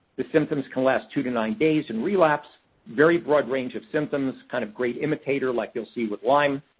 the symptoms can last two to nine days and relapse very broad range of symptoms, kind of great imitator, like you'll see with lyme.